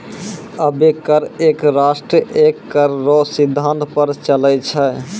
अबै कर एक राष्ट्र एक कर रो सिद्धांत पर चलै छै